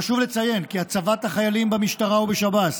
חשוב לציין כי הצבת החיילים במשטרה ובשב"ס